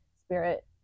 spirit